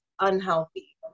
unhealthy